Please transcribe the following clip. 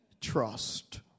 trust